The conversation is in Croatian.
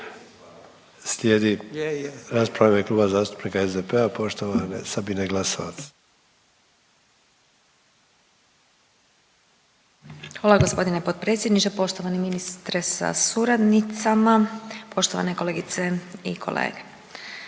Slijedi rasprava u ime Kluba zastupnika SDP-a poštovane Sabine Glasovac.